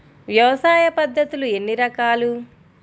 వ్యవసాయ పద్ధతులు ఎన్ని రకాలు?